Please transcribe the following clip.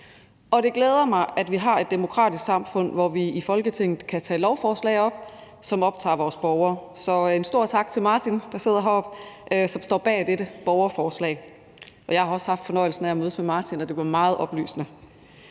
og det glæder mig, at vi har et demokratisk samfund, hvor vi i Folketinget kan tage forslag op, som optager vores borgere. Så en stor tak til Martin, der sidder heroppe, og som står bag dette borgerforslag, og jeg har også haft fornøjelsen af at mødes med Martin, og det var meget oplysende.